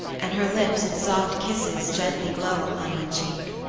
and her lips in soft kisses gently glow upon my cheek.